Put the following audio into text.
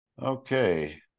Okay